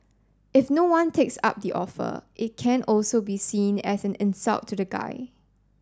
if no one takes up the offer it can also be seen as an insult to the guy